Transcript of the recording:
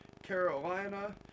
Carolina